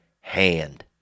hand